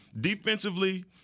Defensively